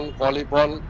volleyball